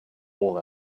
all